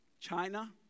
china